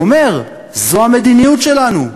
הוא אומר: זו המדיניות שלנו.